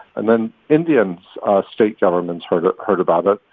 and then indians' state governments heard it heard about it.